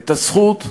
אין לנו הזכות לוותר,